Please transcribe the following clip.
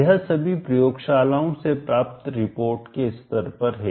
यह सभी प्रयोगशालाओं से प्राप्त रिपोर्ट के स्तर पर है